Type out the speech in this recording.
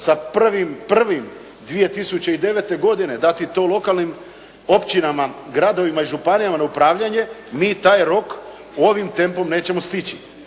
sa 1.1.2009. dati to lokalnim općinama, gradovima i županijama na upravljanje, mi taj rok ovi tempom nećemo stići.